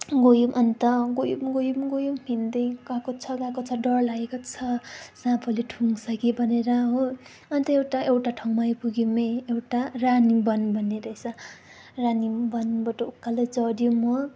गयौँ अन्त गयौँ गयौँ गयौँ हिँड्दै गएको छ गएको छ डर लागेको छ साँपहरूले ठुङ्छ कि भनेर हो अन्त एउटा एउटा ठाउँमै पुग्यौँ है एउटा रानीवन भन्ने रहेछ रानीवनबाट उकालो चढेँ म